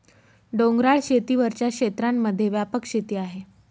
डोंगराळ शेती वरच्या क्षेत्रांमध्ये व्यापक शेती आहे